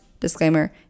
Disclaimer